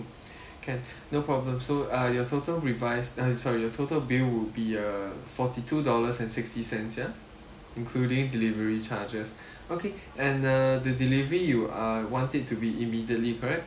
can no problem so uh your total revise uh sorry your total bill would be uh forty two dollars and sixty cents ya including delivery charges okay and uh the delivery you uh want it to be immediately correct